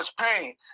pain